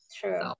True